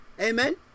Amen